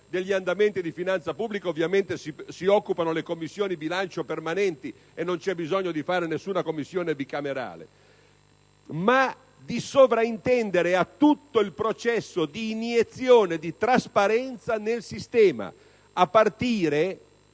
degli andamenti di finanza pubblica, perché di questo ovviamente si occupano le Commissioni bilancio permanenti e non c'è bisogno di fare nessuna Commissione bicamerale, ma di sovrintendere a tutto il processo di iniezione di trasparenza nel sistema, a partire